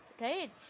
Right